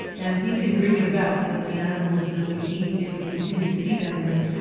and we can bring it about that the animals that we eat, if we continue to eat animals,